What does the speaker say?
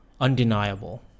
Undeniable